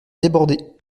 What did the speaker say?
débordés